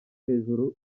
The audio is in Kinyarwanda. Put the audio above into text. hejuru